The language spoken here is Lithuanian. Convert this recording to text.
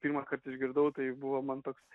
pirmąkart išgirdau tai buvo man toks